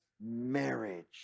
marriage